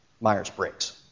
Myers-Briggs